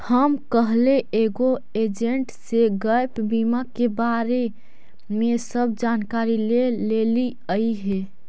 हम कलहे एगो एजेंट से गैप बीमा के बारे में सब जानकारी ले लेलीअई हे